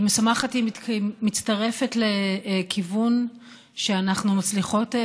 היא משמחת כי היא מצטרפת לכיוון שאנחנו מצליחות,